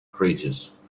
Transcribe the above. craters